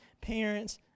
parents